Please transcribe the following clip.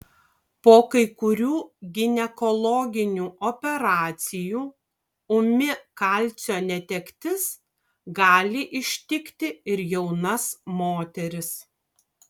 po kai kurių ginekologinių operacijų ūmi kalcio netektis gali ištikti ir jaunas moteris